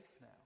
now